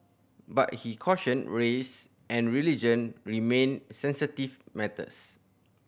but he cautioned race and religion remained sensitive matters